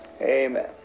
Amen